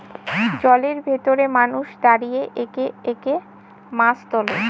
জলের ভেতরে মানুষ দাঁড়িয়ে একে একে মাছ তোলে